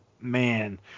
man